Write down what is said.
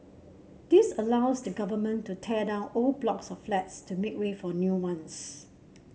this allows the Government to tear down old blocks of flats to make way for new ones